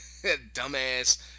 Dumbass